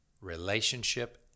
relationship